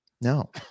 no